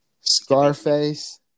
Scarface